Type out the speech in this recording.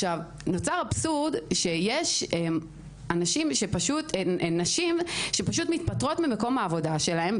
נוצר אבסורד שיש נשים שמתפטרות ממקום העבודה שלהן,